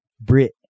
Brit